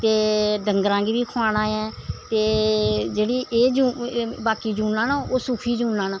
ते डंगरे गी खोआना ऐ ते जेह्ड़ी एह् जूनां बाकी जूनां न एह् सुखी जूनां न